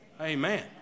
Amen